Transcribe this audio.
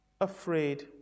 afraid